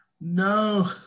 No